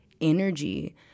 energy